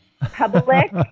public